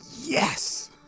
Yes